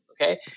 okay